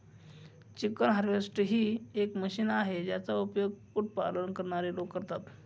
chicken harvester ही एक machine आहे, ज्याचा उपयोग कुक्कुट पालन करणारे लोक करतात